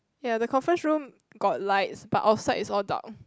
ya the conference room got lights but outside is all dark